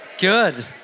Good